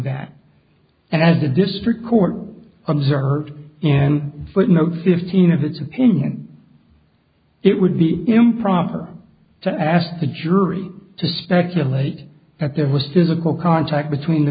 that and as the district court observed and footnote fifteen of its opinion it would be improper to ask the jury to speculate that there was physical contact between the